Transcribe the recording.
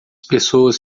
pessoas